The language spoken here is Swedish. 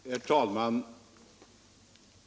Herr talman!